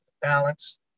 balance